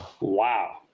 Wow